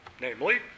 Namely